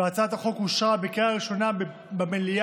הצעת החוק אושרה בקריאה הראשונה במליאה